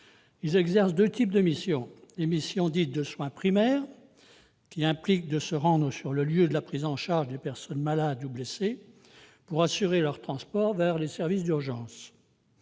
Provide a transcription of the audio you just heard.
pour deux types de missions. Les missions dites de soins primaires, d'abord, qui impliquent de se rendre sur le lieu de la prise en charge des personnes malades ou blessées pour assurer le transport de celles-ci vers les services d'urgence.